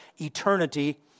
eternity